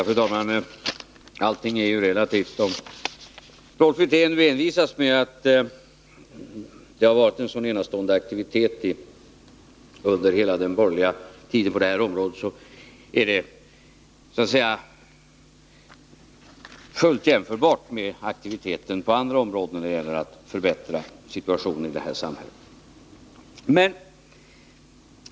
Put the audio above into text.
Fru talman! Allting är ju relativt, och när Rolf Wirtén envisas med att det har varit en så enastående aktivitet under hela den borgerliga regeringstiden på detta område är det fråga om en aktivitet som är fullt jämförbar med vad som förekommit på andra områden när det gällt att förbättra situationen i vårt samhälle.